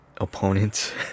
opponents